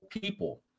people